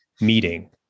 meeting